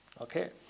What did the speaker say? Okay